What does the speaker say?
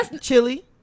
Chili